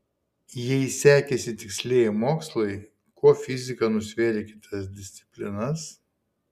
jei sekėsi tikslieji mokslai kuo fizika nusvėrė kitas disciplinas